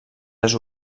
les